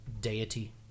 deity